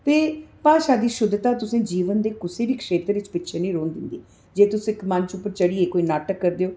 ते भाशा दी शुद्धता तुसें गी जीवन दे कुसै बी खेतर च पिच्छें निं रौह्न दिंदी जे तुस इक मंच उप्पर चढ़ियै कोई नाटक करदे ओ